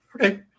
okay